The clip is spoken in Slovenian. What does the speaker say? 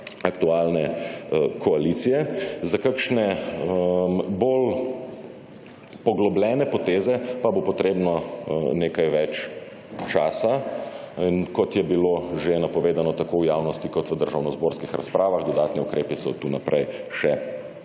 aktualne koalicije. Za kakšne bolj poglobljene poteze pa bo potrebno nekaj več časa. In kot je bilo že napovedano tako v javnosti kot v državnozborskih razpravah, dodatni ukrepi se od tu naprej še